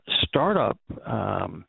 startup